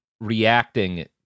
reacting